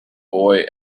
boy